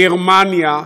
גרמניה,